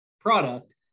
product